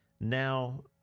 Now